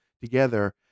together